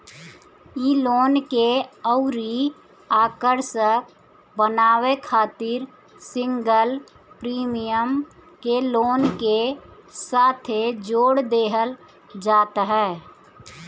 इ लोन के अउरी आकर्षक बनावे खातिर सिंगल प्रीमियम के लोन के साथे जोड़ देहल जात ह